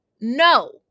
No